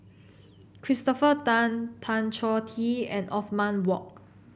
Christopher Tan Tan Choh Tee and Othman Wok